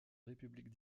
république